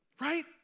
right